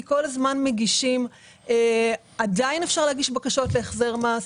כל הזמן מגישים בקשות ועדיין אפשר להגיש בקשות להחזר מס.